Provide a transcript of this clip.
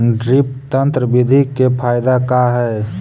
Drip तन्त्र बिधि के फायदा का है?